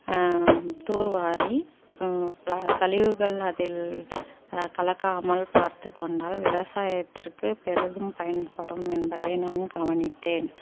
தூர்வாரி கழிவுகள் அதில் கலக்காமல் பார்த்து கொண்டால் விவசாயத்திற்கு பெரிதும் பயன்படும் என்பதை நான் கவனித்தேன்